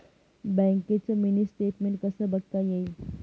बँकेचं mini statement कसं बघता येईल?